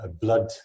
blood